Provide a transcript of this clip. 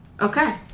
Okay